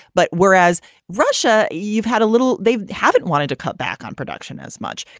but whereas russia, you've had a little they haven't wanted to cut back on production as much.